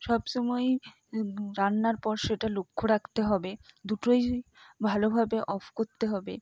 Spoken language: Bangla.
সবসময় রান্নার পর সেটা লক্ষ রাখতে হবে দুটোই ভালোভাবে অফ করতে হবে